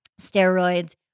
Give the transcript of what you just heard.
steroids